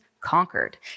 conquered